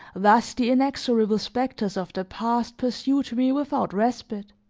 thus, the inexorable specters of the past pursued me without respite